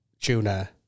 tuna